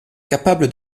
capable